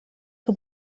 que